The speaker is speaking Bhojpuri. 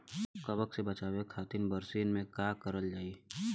कवक से बचावे खातिन बरसीन मे का करल जाई?